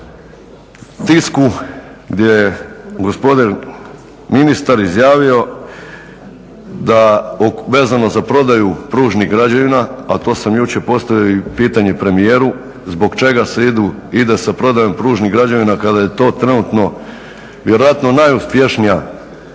tisku gdje je gospodin ministar izjavio, vezano za prodaju pružnih građevina, a to sam jučer postavio pitanje i premijeru, zbog čega se ide sa prodajom Pružnih građevina kada je to trenutno vjerojatno najuspješnija